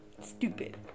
Stupid